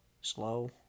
slow